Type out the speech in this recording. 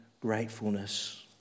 gratefulness